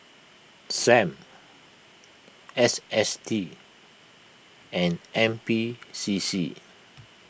Sam S S T and N P C C